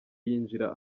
yinjira